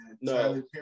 No